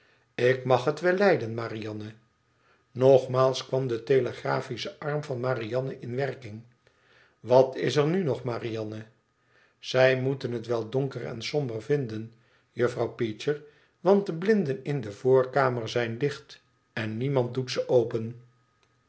ik mag het wel lijden marianne nogmaals kwam de telegrafische arm van marianne in werking wat is er nu nog marianne zij moeten het wel donker en somber vinden juffrouw peecher want de blinden in de voorkamer zijn dicht en niemand doet ze open